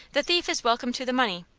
the thief is welcome to the money,